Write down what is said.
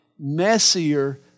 messier